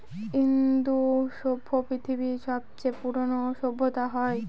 ইন্দু সভ্য পৃথিবীর সবচেয়ে পুরোনো সভ্যতা হয়